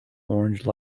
orange